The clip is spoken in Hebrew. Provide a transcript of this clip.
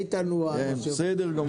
התחושה היא שכל שינוי המדיניות הזה בסופו